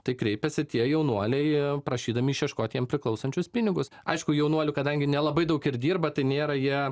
tai kreipiasi tie jaunuoliai prašydami išieškot jiem priklausančius pinigus aišku jaunuolių kadangi nelabai daug ir dirba tai nėra jie